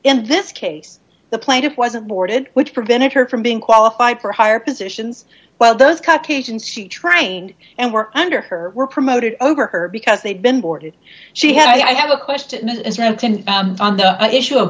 in this case the plaintiff wasn't boarded which prevented her from being qualified for higher positions while those cut cations she trained and were under her were promoted over her because they'd been bored she had i have a question on the issue of